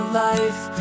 life